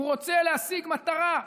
הוא רוצה להשיג מטרה,